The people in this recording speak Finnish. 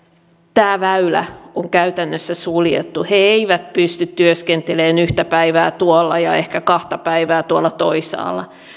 tämä väylä on käytännössä suljettu he eivät pysty työskentelemään yhtä päivää tuolla ja ehkä kahta päivää tuolla toisaalla